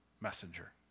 messenger